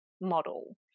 model